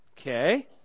Okay